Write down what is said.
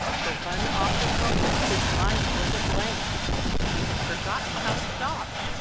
for one awful moment his mind was a blank he had forgotten how to stop!